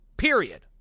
Period